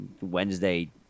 Wednesday